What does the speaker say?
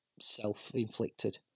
self-inflicted